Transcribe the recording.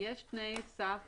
יש תנאי סף